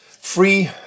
free